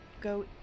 go